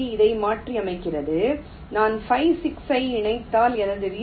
G இதை மாற்றியமைக்கிறது நான் 5 6 ஐ இணைத்தால் எனது வி